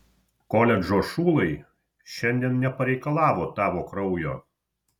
koledžo šulai šiandien nepareikalavo tavo kraujo